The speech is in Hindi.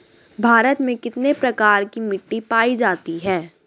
भारत में कितने प्रकार की मिट्टी पाई जाती हैं?